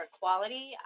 quality